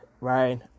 right